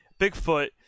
Bigfoot